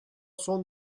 son